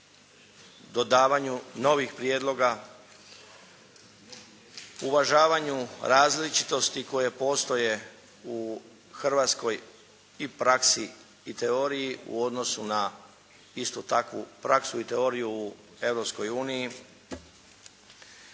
dodavanju novih prijedloga, uvažavanju različitosti koje postoje u hrvatskoj i praksi i teoriji u odnosu na istu takvu praksu i teoriju u